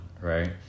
right